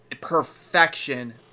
perfection